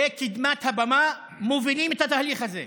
בקדמת הבמה מובילים את התהליך הזה.